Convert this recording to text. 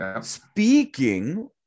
Speaking